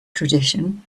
tradition